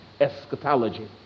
eschatology